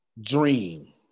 dream